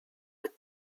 with